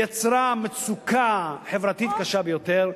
יצרה מצוקה חברתית קשה ביותר,